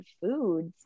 foods